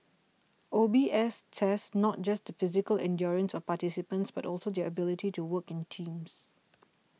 O B S tests not just physical endurance of participants but also their ability to work in teams